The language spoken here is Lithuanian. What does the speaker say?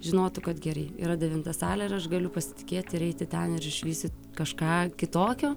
žinotų kad gerai yra devinta salė ir aš galiu pasitikėti ir ten ir išvystyt kažką kitokio